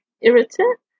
irritant